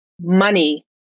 money